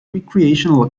recreational